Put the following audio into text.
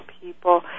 people